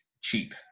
cheap